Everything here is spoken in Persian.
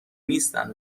نیستن